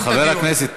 אבל חבר הכנסת,